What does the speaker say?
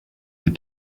your